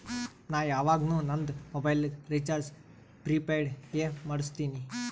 ನಾ ಯವಾಗ್ನು ನಂದ್ ಮೊಬೈಲಗ್ ರೀಚಾರ್ಜ್ ಪ್ರಿಪೇಯ್ಡ್ ಎ ಮಾಡುಸ್ತಿನಿ